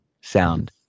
sound